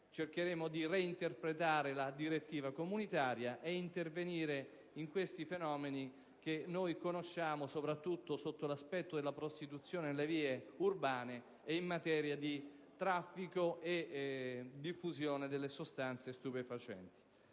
Cercheremo di reinterpretare la direttiva comunitaria e intervenire in questi fenomeni, che conosciamo soprattutto sotto l'aspetto della prostituzione nelle strade urbane e del traffico di sostanze stupefacenti.